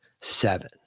seven